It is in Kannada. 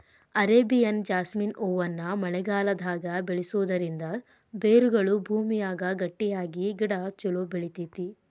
ಅರೇಬಿಯನ್ ಜಾಸ್ಮಿನ್ ಹೂವನ್ನ ಮಳೆಗಾಲದಾಗ ಬೆಳಿಸೋದರಿಂದ ಬೇರುಗಳು ಭೂಮಿಯಾಗ ಗಟ್ಟಿಯಾಗಿ ಗಿಡ ಚೊಲೋ ಬೆಳಿತೇತಿ